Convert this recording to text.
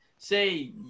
say